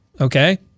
Okay